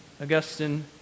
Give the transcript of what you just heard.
Augustine